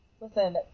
Listen